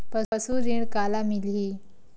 पशु ऋण काला मिलही?